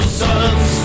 sons